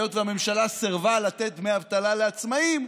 היות שהממשלה סירבה לתת דמי אבטלה לעצמאים,